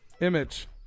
image